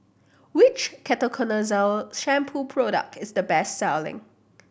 which Ketoconazole Shampoo product is the best selling